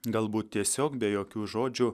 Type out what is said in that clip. galbūt tiesiog be jokių žodžių